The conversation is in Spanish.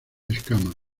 escamas